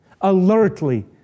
alertly